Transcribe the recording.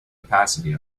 opacity